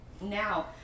now